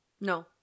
No